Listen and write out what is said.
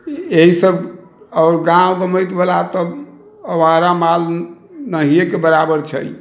एहि सब आओर गाँव के माटि बला त आवारा माल नहिए के बराबर छै